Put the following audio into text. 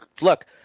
look